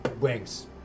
Wings